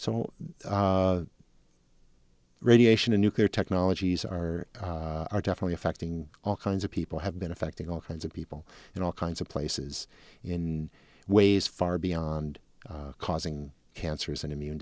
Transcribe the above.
so radiation a nuclear technologies are definitely affecting all kinds of people have been affecting all kinds of people in all kinds of places in ways far beyond causing cancers and immune